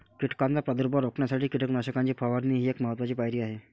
कीटकांचा प्रादुर्भाव रोखण्यासाठी कीटकनाशकांची फवारणी ही एक महत्त्वाची पायरी आहे